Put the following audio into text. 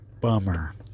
Bummer